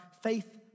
faith